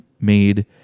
made